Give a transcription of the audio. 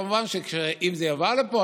כמובן שאם זה יובא לפה,